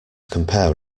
compare